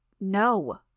No